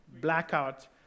Blackout